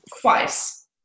twice